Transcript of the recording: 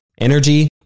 energy